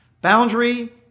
Boundary